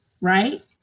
right